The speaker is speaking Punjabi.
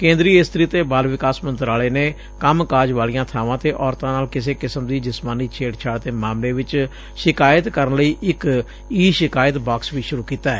ਕੇਂਦਰੀ ਇਸਤਰੀ ਅਤੇ ਬਾਲ ਵਿਕਾਸ ਮੰਤਰਾਲੇ ਨੇ ਕੰਮ ਕਾਜ ਵਾਲੀਆਂ ਬਾਵਾਂ ਤੇ ਔਰਤਾਂ ਨਾਲ ਕਿਸੇ ਕਿਸਮ ਦੀ ਜਿਸਮਾਨੀ ਛੇੜਛਾੜ ਦੇ ਮਾਮਲੇ ਚ ਸ਼ਿਕਾਇਤ ਕਰਨ ਲਈ ਇਕ ਈ ਸ਼ਿਕਾਇਤ ਬਾਕਸ ਵੀ ਸੁਰੂ ਕੀਤੈ